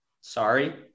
sorry